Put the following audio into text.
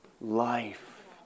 life